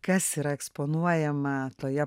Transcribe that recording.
kas yra eksponuojama toje